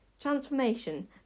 Transformation